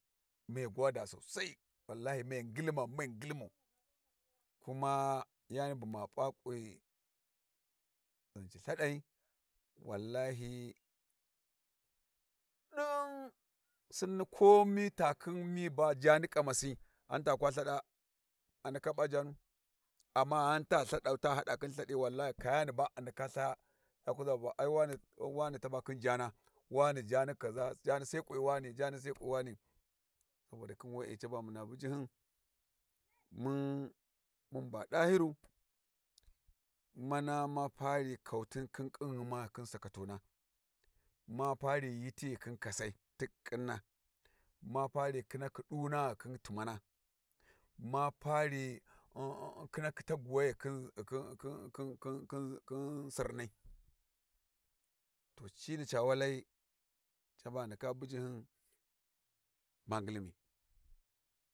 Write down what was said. Mai goda sosai kuma mai ngilmau mai ngimau, kuma yani bu ma p'a kwi zanci lthaɗai wallahi ɗin sinni ko mi ta khin mi ba jaani kamasi ghan ta lthaɗa a ndaka p'a jaanu, amma ghan ta lthaɗau ta hada khin lthaɗi wallahi kayani ba a ndaka ltha wa kuza va ai wa wane taba khin jaana ai wane jaani kaza jaani sai ƙwi wane jaani sai ƙwi wane, saboda khin we'e ba muna bujihyun mun mun ba Dahiru mana ma pari kautin khin khinghuma khin sakatona, ma pari yiti ghi khin kasai ti ƙhinna ma pari ƙhinakhi duna khin t'imana ma pari khina khi taguwai khin khin khin sirnai to cini ca walai caba ghi ndaka buji ghum ma ngilmi.